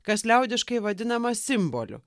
kas liaudiškai vadinama simboliu